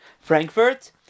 Frankfurt